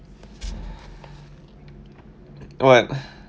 what